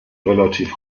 relativ